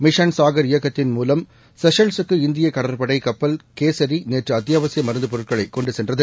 mission Sagar இயக்கத்தின் மூலம் செஷல்கக்கு இந்திய கடற்படை கப்பல் கேசரி நேற்று அத்தியாவசிய மருந்துப் பொருட்களைக் கொண்டு சென்றது